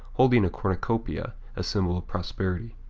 holding a cornucopia, a symbol of prosperity.